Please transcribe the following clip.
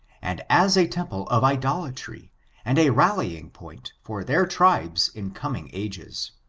and as a temple of idolatrj and a rallying point for their tribes in coming ages.